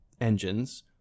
engines